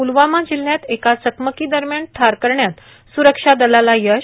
प्लवामा जिल्ह्यात एका चकमकीदरम्यान ठार करण्यात सुरक्षा दलाला यश